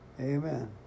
Amen